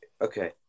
Okay